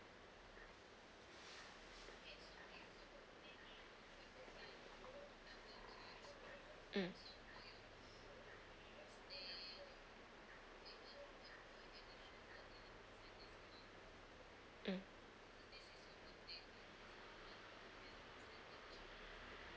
mm mm